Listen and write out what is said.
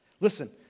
Listen